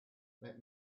let